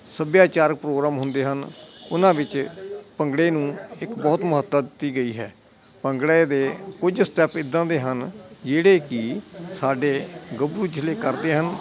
ਸੱਭਿਆਚਾਰਕ ਪ੍ਰੋਗਰਾਮ ਹੁੰਦੇ ਹਨ ਉਹਨਾਂ ਵਿੱਚ ਭੰਗੜੇ ਨੂੰ ਇੱਕ ਬਹੁਤ ਮਹੱਤਤਾ ਦਿੱਤੀ ਗਈ ਹੈ ਭੰਗੜੇ ਦੇ ਕੁਝ ਸਟੈਪ ਇੱਦਾਂ ਦੇ ਹਨ ਜਿਹੜੇ ਕਿ ਸਾਡੇ ਗੱਭਰੂ ਜਿਹੜੇ ਕਰਦੇ ਹਨ